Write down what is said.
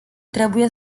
trebuie